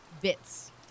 Bits